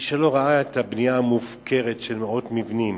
מי שלא ראה את הבנייה המופקרת של מאות מבנים,